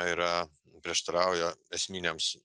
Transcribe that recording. yra prieštarauja esminiams